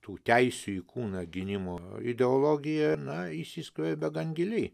tų teisių į kūną gynimo ideologija na įsiskverbė gan giliai